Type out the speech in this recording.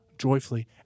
joyfully